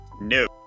No